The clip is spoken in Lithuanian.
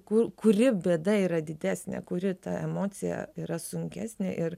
kur kuri bėda yra didesnė kuri ta emocija yra sunkesnė ir